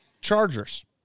Chargers